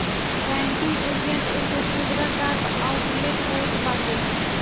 banking agent एगो खुदरा डाक आउटलेट होत बाटे